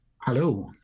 Hello